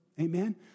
Amen